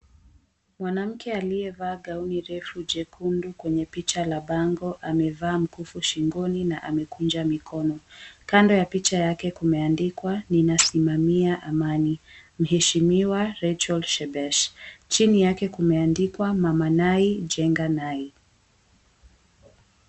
Mwanamke aliyevaa gauni refu jekundu kwenye picha la bango, amevaa mkufu shingoni na amekunja mikono. Kando ya picha yake kumeandikwa, Ninasimamia Amani, Mheshimiwa Rachel Shebesh. Chini yake kumeandikwa, Mama Nai, Jenga Nai.